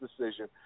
decision